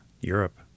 Europe